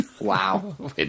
Wow